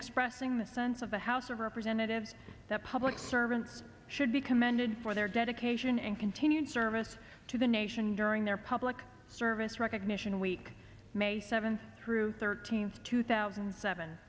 expressing the sense of the house of representatives that public servants should be commended for their dedication and continued service to the nation during their public service recognition week may seventh through thirteenth two thousand and seven